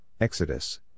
Exodus